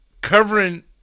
Covering